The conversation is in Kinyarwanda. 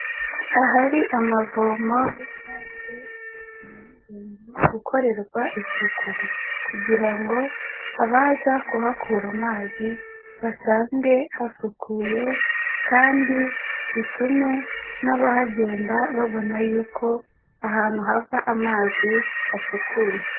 Ahari amavomo rusange haba hagomba gukorerwa isuku, kugira ngo abaza kuhakura amazi basange hasukuye kandi bitume n'abahagenda babona yuko ahantu hava amazi hasukuye.